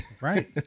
right